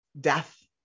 death